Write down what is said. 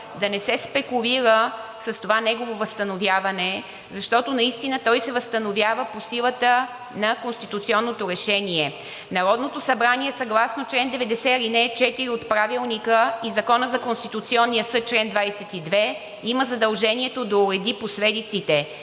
да не се спекулира с това негово възстановяване, защото той наистина се възстановява по силата на конституционното решение. Народното събрание съгласно чл. 90, ал. 4 от Правилника и Закона за Конституционния съд чл. 22 има задължението да уреди последиците.